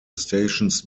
stations